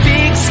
Big